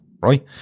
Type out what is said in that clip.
Right